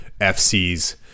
FC's